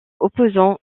opposant